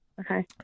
Okay